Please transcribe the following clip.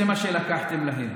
זה מה שלקחתם להם.